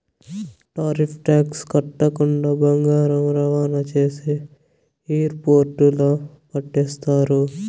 tariff tax కట్టకుండా బంగారం రవాణా చేస్తే ఎయిర్పోర్టుల్ల పట్టేస్తారు